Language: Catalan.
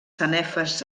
sanefes